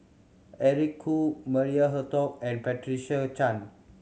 Eric Khoo Maria Hertogh and Patricia Chan